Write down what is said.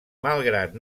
malgrat